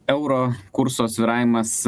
euro kurso svyravimas